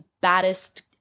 baddest